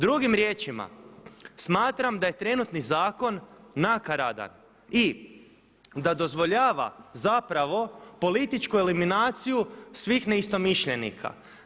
Drugim riječima smatram da je trenutni zakon nakaradan i da dozvoljava zapravo političku eliminaciju svih neistomišljenika.